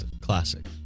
Classic